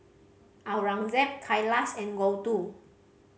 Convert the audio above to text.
Aurangzeb Kailash and Gouthu